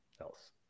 else